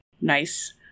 Nice